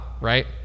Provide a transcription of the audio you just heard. right